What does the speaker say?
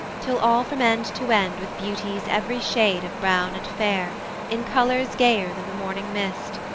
till all from end to end with beauties every shade of brown and fair in colours gayer than the morning mist,